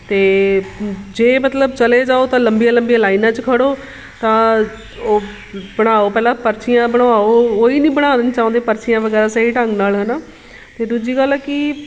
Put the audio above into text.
ਅਤੇ ਜੇ ਮਤਲਬ ਚਲੇ ਜਾਓ ਤਾਂ ਲੰਬੀਆਂ ਲੰਬੀਆਂ ਲਾਈਨਾਂ 'ਚ ਖੜ੍ਹੋ ਤਾਂ ਉਹ ਬਣਾਓ ਪਹਿਲਾਂ ਪਰਚੀਆਂ ਬਣਵਾਓ ਉਹ ਹੀ ਨਹੀਂ ਬਣਾਉਣ 'ਚ ਆਉਂਦੇ ਪਰਚੀਆਂ ਵਗੈਰਾ ਸਹੀ ਢੰਗ ਨਾਲ਼ ਹੈ ਨਾ ਅਤੇ ਦੂਜੀ ਗੱਲ ਆ ਕਿ